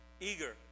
eager